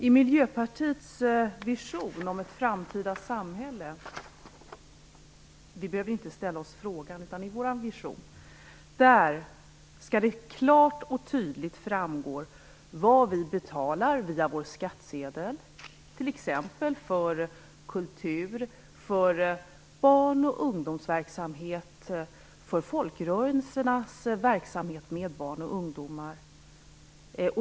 I Miljöpartiets vision om ett framtida samhälle behöver vi inte ställa oss frågor. I vår vision skall det klart och tydligt framgå vad vi betalar via vår skattsedel för t.ex. kultur, barn och ungdomsverksamhet och för folkrörelsernas verksamhet med barn och ungdomar.